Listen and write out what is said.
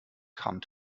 come